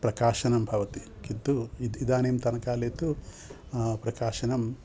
प्रकाशनं भवति किन्तु इद् इदानीन्तनकाले तु प्रकाशनं